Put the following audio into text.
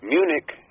Munich